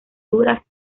duras